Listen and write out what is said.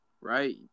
right